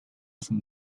from